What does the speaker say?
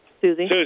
Susie